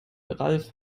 ralf